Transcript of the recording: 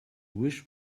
wish